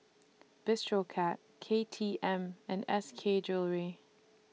Bistro Cat K T M and S K Jewellery